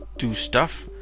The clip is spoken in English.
do stuff,